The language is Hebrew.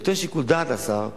שנותנות שיקול דעת לשר,